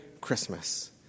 Christmas